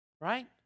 right